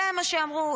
זה מה שאמרו.